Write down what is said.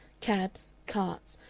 cabs, carts,